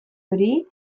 hori